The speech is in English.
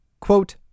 Quote